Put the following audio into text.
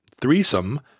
threesome